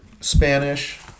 Spanish